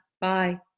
Bye